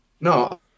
No